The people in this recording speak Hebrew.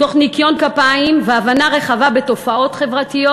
תוך ניקיון כפיים והבנה רחבה בתופעות חברתיות